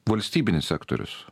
valstybinis sektorius